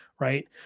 right